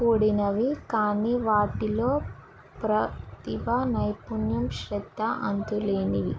కూడినవి కానీ వాటిలో ప్రతిభ నైపుణ్యం శ్రద్ధ అంతులేనివి